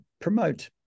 promote